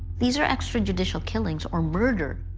these are extra-judicial killings or murder.